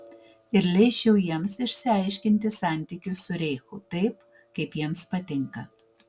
ir leisčiau jiems išsiaiškinti santykius su reichu taip kaip jiems patinka